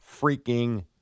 Freaking